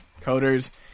coders